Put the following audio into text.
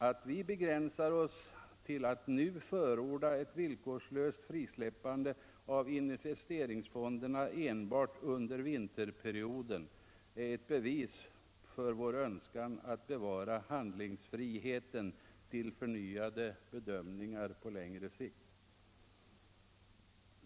Att vi begränsar oss till att nu förorda ett villkorslöst frisläppande av investeringsfonderna enbart under vinterperioden är ett bevis för vår önskan att bevara handlingsfriheten till förnyade bedömningar på längre sikt.